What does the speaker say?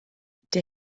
der